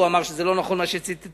הוא אמר שזה לא נכון מה שציטטו.